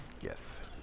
Yes